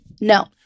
No